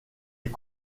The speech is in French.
est